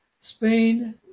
Spain